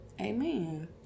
amen